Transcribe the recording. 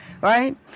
right